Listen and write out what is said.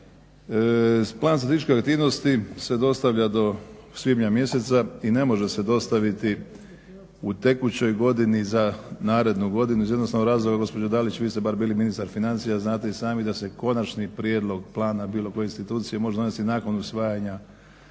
Plan statističke aktivnosti se dostavlja do svibnja mjeseca i ne može se dostaviti u tekućoj godini za narednu godinu iz jednostavnog razloga. Gospođo Dalić, vi ste bar bili ministar financija, znate i sami da se konačni prijedlog plana bilo koje institucije može donesti nakon usvajanja